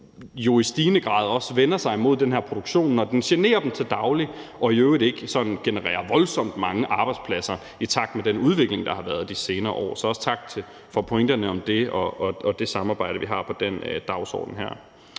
i stigende grad også vender sig imod den her produktion, når den generer dem til daglig og i øvrigt ikke sådan genererer voldsomt mange arbejdspladser i takt med den udvikling, der har været der de senere år. Så også tak for pointerne om det og det samarbejde, vi har på den dagsorden her.